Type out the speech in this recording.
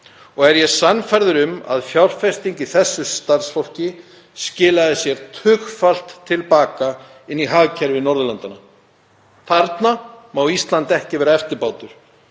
og er ég sannfærður um að fjárfesting í þessu starfsfólki skilaði sér tugfalt til baka inn í hagkerfi Norðurlandanna. Þarna má Ísland ekki vera eftirbátur